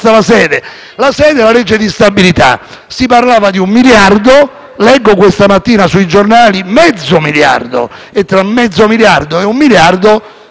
La sede è la legge di stabilità. Si parlava di un miliardo e questa mattina sui giornali ho letto di mezzo miliardo. Tra mezzo miliardo e un miliardo,